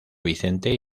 vicente